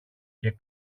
και